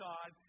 God